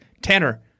Tanner